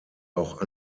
auch